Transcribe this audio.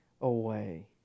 away